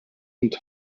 und